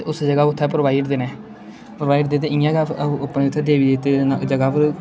ते उस जगह् उत्थै परवाई ओड़दे न परवाई ओड़दे ते इ'यां गै अपने उत्थै देबी देबते दी जगह् उप्पर